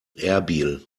erbil